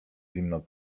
zimną